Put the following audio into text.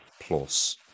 plus